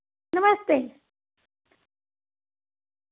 नमस्ते